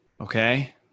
Okay